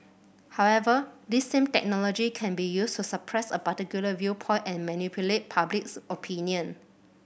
however this same technology can be used to suppress a particular viewpoint and manipulate publics opinion